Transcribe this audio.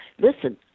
listen